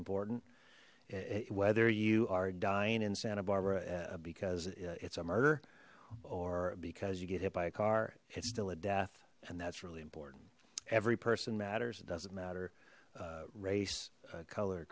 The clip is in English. important whether you are dying in santa barbara because it's a murder or because you get hit by a car it's still a death and that's really important every person matters it doesn't matter race color